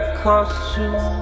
costume